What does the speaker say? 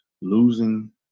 losing